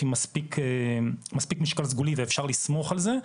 כאשר ראינו שזה מתחיל להיות עם מספיק משקל סגולי וניתן לסמוך על זה,